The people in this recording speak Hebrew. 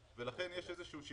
" גם כאן יש תקנות מס הכנסה,